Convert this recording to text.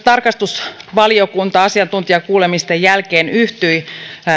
tarkastusvaliokunta asiantuntijakuulemisten jälkeen yhtyi